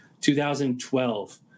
2012